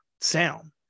sound